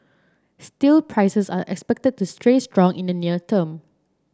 steel prices are expected to street strong in the near term